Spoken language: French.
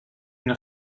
une